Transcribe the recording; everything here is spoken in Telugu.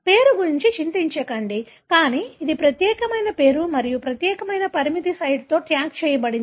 పేరు గురించి చింతించకండి కానీ ఇది ప్రత్యేకమైన పేరు మరియు ప్రత్యేకమైన పరిమితి సైట్తో ట్యాగ్ చేయబడింది